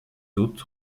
hôtes